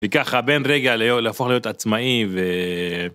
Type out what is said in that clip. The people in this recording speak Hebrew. וככה בין רגע להפוך להיות עצמאי ו...